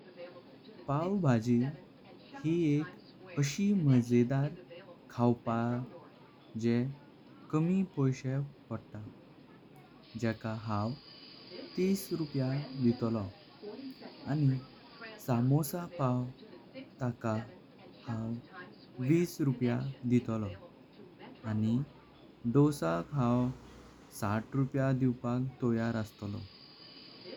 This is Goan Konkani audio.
पाव भाजी हि एक अशी मजेदार खावपाक जे कमी पैशें पड़ता। जेका हाँव तीस रुपये दिलो आनी समोसा पाव ताका। हाँव वीस रुपये दिलो आनी दोसा हाँव साठ रुपये दिवपाक तैयार अस्तलो।